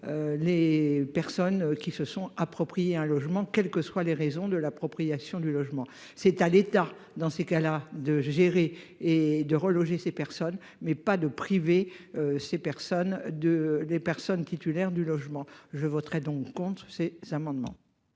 Les personnes qui se sont approprié un logement, quelles que soient les raisons de l'appropriation du logement. C'est à l'État, dans ces cas-là de gérer et de reloger ces personnes mais pas de priver. Ces personnes de des personnes titulaires du logement. Je voterai donc contre ces amendements.